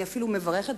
אני אפילו מברכת,